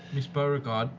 ms. beauregard,